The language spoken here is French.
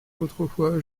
autrefois